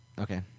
okay